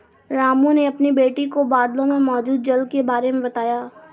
रामू ने अपनी बेटी को बादलों में मौजूद जल के बारे में बताया